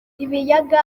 ibiyaga